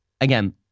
again